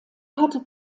hatte